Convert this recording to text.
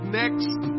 next